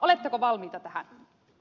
oletteko valmiita tähän